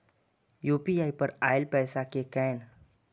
UPI पर आएल पैसा कै कैन?